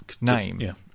name